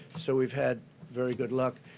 so we've had very good luck.